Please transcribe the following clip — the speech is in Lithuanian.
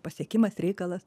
pasiekimas reikalas